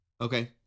Okay